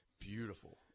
beautiful